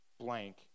blank